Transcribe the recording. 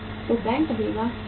तो बैंक कहेगा कि हां